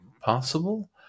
possible